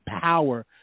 power